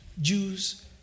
Jews